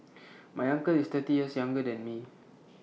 my uncle is thirty years younger than me